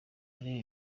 areba